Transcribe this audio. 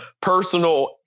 personal